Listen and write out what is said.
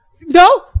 No